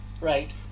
right